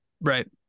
Right